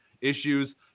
issues